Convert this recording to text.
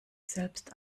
selbst